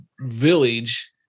village